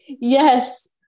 Yes